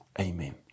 Amen